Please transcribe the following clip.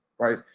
right?